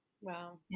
wow